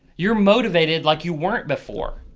you're motivated like you weren't before.